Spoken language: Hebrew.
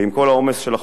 עברה בקריאה שלישית.